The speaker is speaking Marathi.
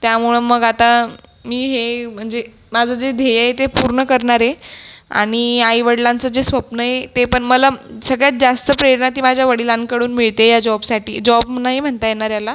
त्यामुळं मग आता मी हे म्हणजे माझं जे ध्येय आहे ते पूर्ण करणार आहे आणि आईवडिलांचं जे स्वप्न आहे ते पण मला सगळ्यात जास्त प्रेरणा ती माझ्या वडिलांकडून मिळते या जॉबसाठी जॉब नाही म्हणता येणार याला